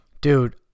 dude